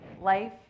Life